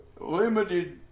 limited